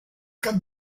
cap